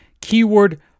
keyword